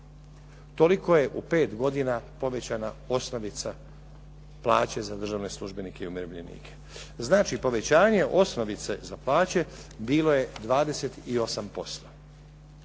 Toliko je u pet godina povećana osnovica plaće za državne službenike i umirovljenike. Znači, povećanje osnovice za plaće bilo je 28%.